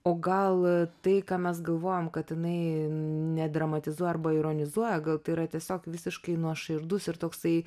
o gal tai ką mes galvojam kad jinai nedramatizuoja arba ironizuoja gal tai yra tiesiog visiškai nuoširdus ir toksai